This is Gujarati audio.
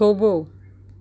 થોભો